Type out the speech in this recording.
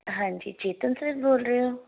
ਹਾਂਜੀ ਚੇਤਨ ਸਰ ਬੋਲ ਰਹੇ ਹੋ